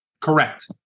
Correct